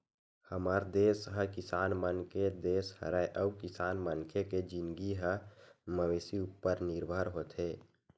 हमर देस ह किसान मन के देस हरय अउ किसान मनखे के जिनगी ह मवेशी उपर निरभर होथे